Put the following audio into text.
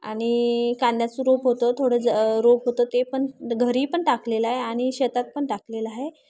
आणि कांद्याचं रोप होतं थोडं ज रोप होतं ते पण घरी पण टाकलेलं आहे आणि शेतात पण टाकलेलं आहे